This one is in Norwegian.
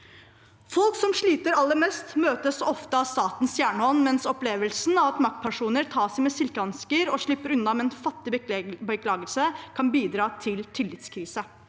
Folk som sliter aller mest, møtes ofte av statens jernhånd. Opplevelsen av at maktpersoner tas i med silkehansker og slipper unna med en fattig beklagelse, kan bidra til tillitskrise.